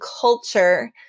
culture